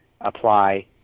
apply